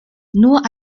nur